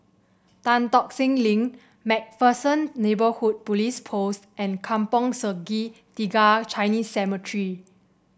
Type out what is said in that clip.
Tan Tock Seng Link MacPherson Neighbourhood Police Post and Kampong Sungai Tiga Chinese Cemetery